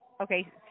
okay